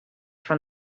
from